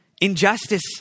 injustice